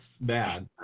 bad